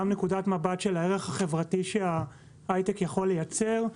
נקודת מבט של הערך החברתי שההייטק יכול לייצר.